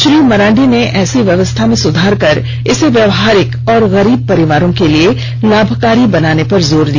श्री मरांडी ने ऐसी व्यवस्था में सुधार कर इसे व्यावहारिक और गरीब परिवारों के लिए लाभकारी बनाने पर जोर दिया